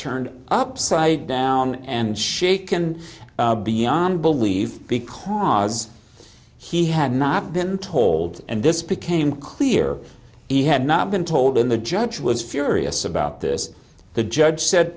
turned upside down and shaken beyond believe because he had not been told and this became clear he had not been told in the judge was furious about this the judge said